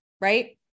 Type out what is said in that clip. right